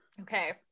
okay